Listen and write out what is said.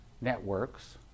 networks